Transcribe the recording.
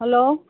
hello